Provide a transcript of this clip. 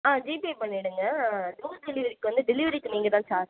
ஆ G Pay பண்ணிவிடுங்க door டெலிவரிக்கு வந்து டெலிவரிக்கு நீங்கள் தான் சார்ஜ்